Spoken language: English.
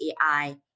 AI